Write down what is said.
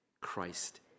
Christ